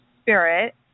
Spirit